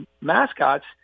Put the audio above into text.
mascots